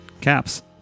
caps